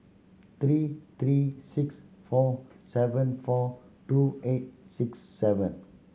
three three six four seven four two eight six seven